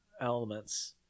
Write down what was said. elements